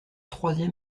troisième